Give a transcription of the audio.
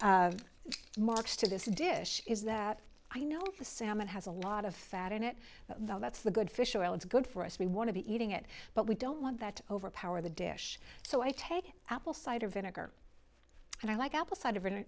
signature marks to this dish is that i know the salmon has a lot of fat in it that's the good fish oil it's good for us we want to be eating it but we don't want that overpower the dish so i take apple cider vinegar and i like apple cider